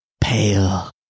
pale